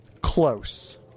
Close